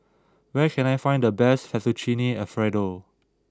where can I find the best Fettuccine Alfredo